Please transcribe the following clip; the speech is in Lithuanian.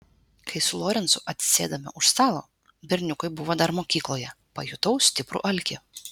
kai su lorencu atsisėdome už stalo berniukai buvo dar mokykloje pajutau stiprų alkį